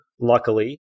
luckily